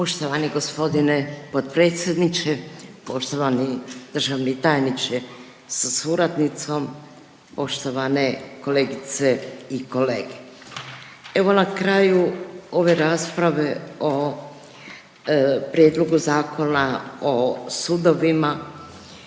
Poštovani g. potpredsjedniče, poštovani državni tajniče sa suradnicom, poštovane kolegice i kolege. Evo na kraju ove rasprave o Prijedlogu Zakona o sudovima,